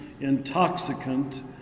intoxicant